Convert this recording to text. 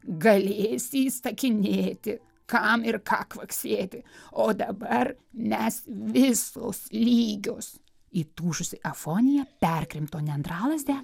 galėsi įsakinėti kam ir ką kvaksėti o dabar mes visos lygios įtūžusi afonija perkrimto nendralazdę